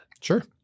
Sure